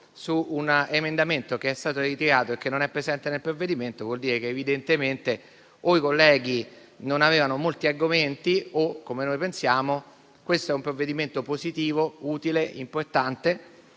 su un emendamento che è stato ritirato e che non è presente nel provvedimento, vuol dire, evidentemente, o che i colleghi non avevano molti argomenti o che, come noi riteniamo, questo è un provvedimento positivo, utile, importante